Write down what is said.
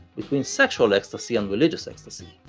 between sexual ecstasy and religious ecstasy.